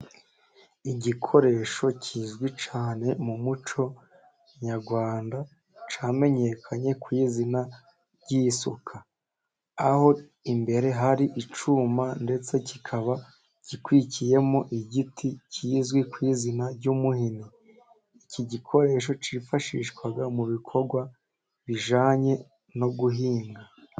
Igikoresho kizwi cyane mu muco nyarwanda cyamenyekanye ku izina ry'iyisuka. Aho imbere hari icyuma ndetse kikaba gikwikiyemo igiti kizwi ku izina ry'umuhini. Iki gikoresho cyifashishwaga mu bikorwa bijyanye no guhinga.